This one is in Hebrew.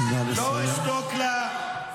לא אשתוק לה.